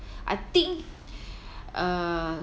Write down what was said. I think uh